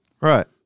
Right